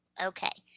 okay.